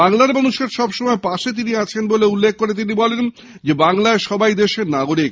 বাংলার মানুষের সবসময় পাশে আছেন বলে উল্লেখ করে তিনি বলেন বাংলায় সবাই দেশের নাগরিক